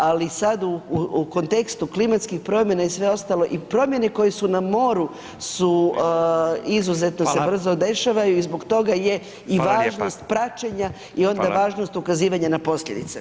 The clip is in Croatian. Ali, sad u kontekstu klimatskih promjena i sve ostalo i promjene koje su na moru su izuzetno se brzo dešavaju [[Upadica: Hvala.]] i zbog toga je [[Upadica: Hvala lijepa.]] i važnost praćenja [[Upadica: Hvala.]] i onda i važnost ukazivanja na posljedice.